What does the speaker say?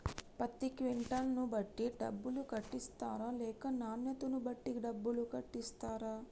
పత్తి క్వింటాల్ ను బట్టి డబ్బులు కట్టిస్తరా లేక నాణ్యతను బట్టి డబ్బులు కట్టిస్తారా?